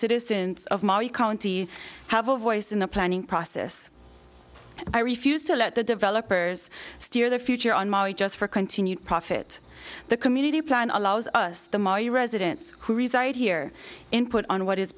citizens of mari county have a voice in the planning process i refuse to let the developers steer their future on molly just for continued profit the community plan allows us the mayu residents who reside here input on what is